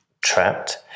trapped